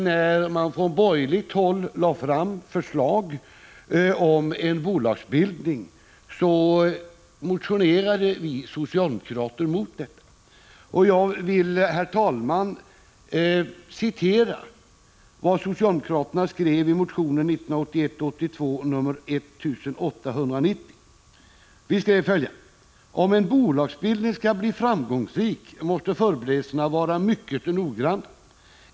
När man från borgerligt håll lade fram förslag om en bolagsbildning motionerade vi socialdemokrater mot detta — det är riktigt. Jag vill, herr talman, citera vad socialdemokraterna skrev i motion 1981/82:1890: ”Om en bolagsbildning skall bli framgångsrik måste förberedelserna vara mycket noggranna.